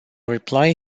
reply